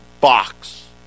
box